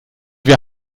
wir